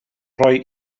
rhoi